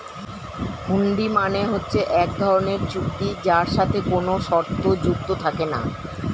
হুন্ডি মানে হচ্ছে এক ধরনের চুক্তি যার সাথে কোনো শর্ত যুক্ত থাকে না